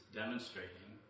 demonstrating